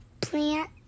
plant